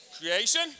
creation